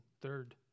third